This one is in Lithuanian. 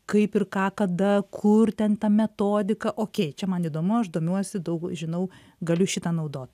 kaip ir ką kada kur ten ta metodika okei čia man įdomu aš domiuosi daug žinau galiu šitą naudot